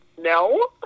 No